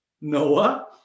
Noah